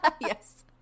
Yes